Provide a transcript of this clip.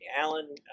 Alan